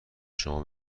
شما